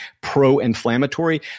pro-inflammatory